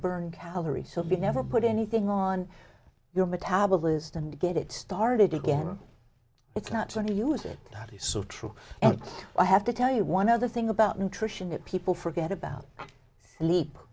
burn calories so we never put anything on your metabolism to get it started again it's not going to use it so true and i have to tell you one other thing about nutrition that people forget about leap